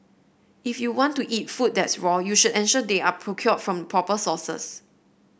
if you want to eat food that's raw you should ensure they are procured from proper sources